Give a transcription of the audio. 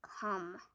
come